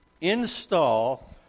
install